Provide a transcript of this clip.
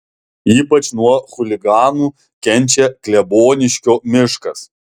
ypač nuo chuliganų kenčia kleboniškio miškas